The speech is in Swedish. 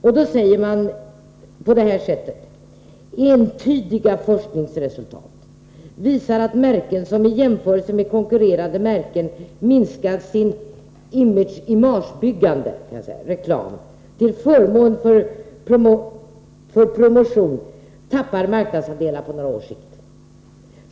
Om detta står det så här i rapporten: ”Entydiga forskningsresultat visar att märken som i jämförelse med konkurrerande märken minskat sin ”imagebyggande” reklam till förmån för promotion tappar marknadsandelar på några års sikt.